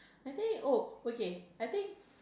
I think oh okay I think